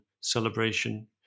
celebration